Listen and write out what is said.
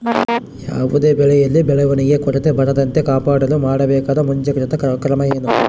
ಯಾವುದೇ ಬೆಳೆಯಲ್ಲಿ ಬೆಳವಣಿಗೆಯ ಕೊರತೆ ಬರದಂತೆ ಕಾಪಾಡಲು ಮಾಡಬೇಕಾದ ಮುಂಜಾಗ್ರತಾ ಕ್ರಮ ಏನು?